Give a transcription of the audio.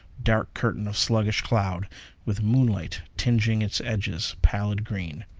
dark curtain of sluggish cloud with moonlight tinging its edges pallid green.